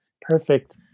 perfect